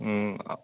ꯎꯝ